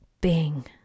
bing